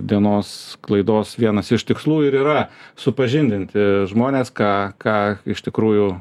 dienos klaidos vienas iš tikslų ir yra supažindinti žmones ką ką iš tikrųjų